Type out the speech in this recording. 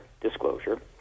Disclosure